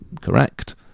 correct